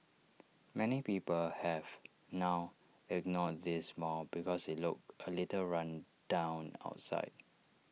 many people have now ignored this mall because IT looks A little run down outside